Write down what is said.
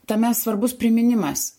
tame svarbus priminimas